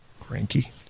cranky